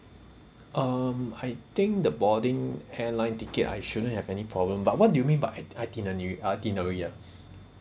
um I think the boarding airline ticket I shouldn't have any problem but what do you mean by iti~ uh itinerary ya